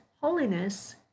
holiness